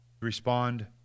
respond